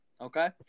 okay